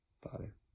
father